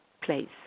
place